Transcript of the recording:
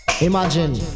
Imagine